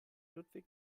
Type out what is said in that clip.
ludwig